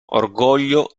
orgoglio